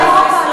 אירופה.